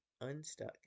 Unstuck